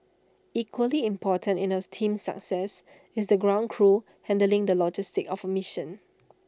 equally important in as team's success is the ground crew handling of the logistics of A mission